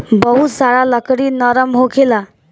बहुत सारा लकड़ी नरम होखेला